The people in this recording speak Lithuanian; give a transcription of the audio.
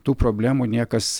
tų problemų niekas